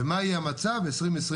ומה יהיה המצב ב-2022.